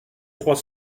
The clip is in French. trois